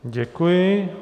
Děkuji.